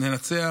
ננצח.